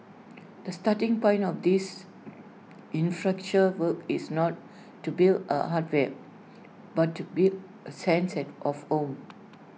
the starting point of these infracture work is not to build A hardware but to build A senses of home